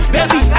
¡Baby